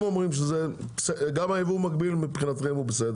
אומרים שגם היבוא המקביל בסדר מבחינתכם.